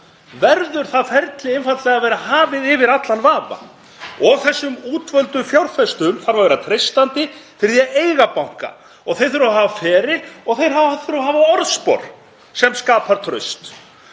verður það ferli einfaldlega að vera hafið yfir allan vafa. Þessum útvöldu fjárfestum þarf að vera treystandi fyrir því að eiga banka, þeir þurfa að hafa feril og þeir þurfa að hafa orðspor sem skapar traust.